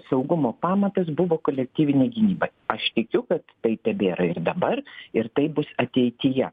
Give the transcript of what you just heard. saugumo pamatas buvo kolektyvinė gynyba aš tikiu kad tai tebėra ir dabar ir tai bus ateityje